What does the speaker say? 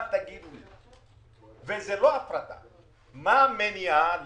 אבל תגיד לי מה המניעה לאשר?